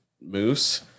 moose